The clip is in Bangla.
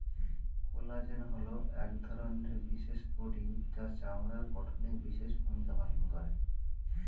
কোলাজেন হলো এক ধরনের বিশেষ প্রোটিন যা চামড়ার গঠনে বিশেষ ভূমিকা পালন করে